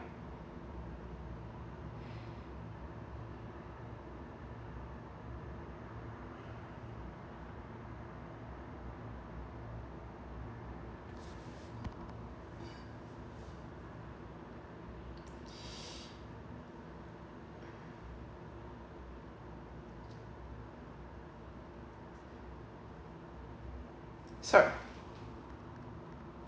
so